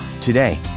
Today